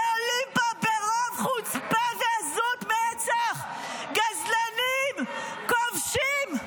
ועולים פה ברוב חוצפה ועזות מצח גזלנים, כובשים,